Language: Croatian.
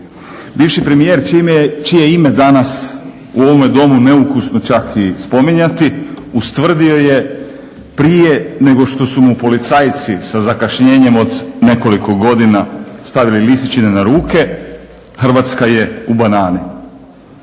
bivši premijer čije je ime danas u ovome domu neukusno čak i spominjati ustvrdio je prije nego što su mu policajci sa zakašnjenjem od nekoliko godina stavili lisičine na ruke, Hrvatska je u banani.